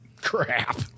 Crap